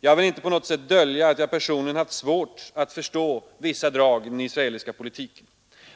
Jag vill inte på något sätt dölja att jag personligen haft svårt att förstå vissa drag i den israeliska politiken.